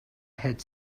had